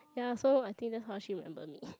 then I saw I think that's how she remember me